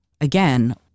again